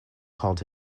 called